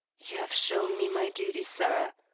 you have shown me my duty, sir.